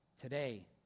Today